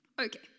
Okay